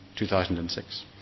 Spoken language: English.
2006